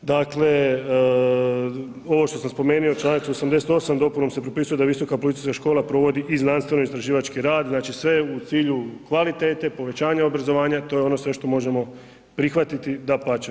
Dakle, ovo što sam spomenio Članak 88. dopunom se propisuje da Visoka policijska škola provodi i znanstveno istraživački rad, znači sve je u cilju kvalitete, povećanja obrazovanja to je ono sve što možemo prihvatiti, dapače.